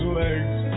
legs